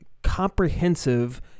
Comprehensive